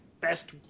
best